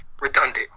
redundant